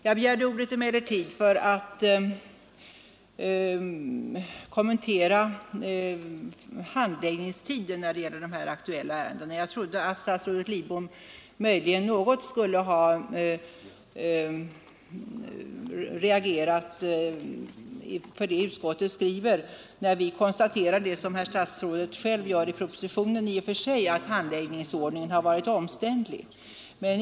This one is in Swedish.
Jag begärde emellertid ordet för att kommentera handläggningstiden för de här aktuella ärendena. Jag trodde att statsrådet Lidbom möjligen skulle reagera för att utskottet skrivit samma sak som statsrådet själv konstaterar i propositionen, nämligen att handläggningsordningen har varit omständlig.